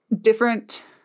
different